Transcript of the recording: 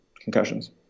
concussions